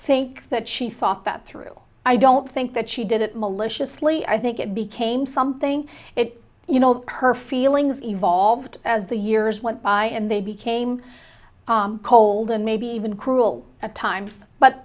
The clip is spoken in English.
think that she thought that through i don't think that she did it maliciously i think it became something that you know her feelings evolved as the years went by and they became cold and maybe even cruel at times but